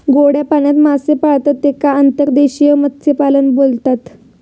गोड्या पाण्यात मासे पाळतत तेका अंतर्देशीय मत्स्यपालन बोलतत